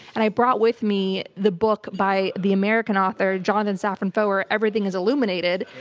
and i brought with me the book by the american author jonathan safran foer everything is illuminated,